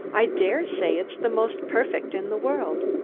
i dare say it's the most perfect in the world.